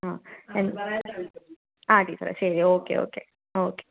ആ എ ആ ടീച്ചറേ ശരി ഓക്കെ ഓക്കെ ഓക്കെ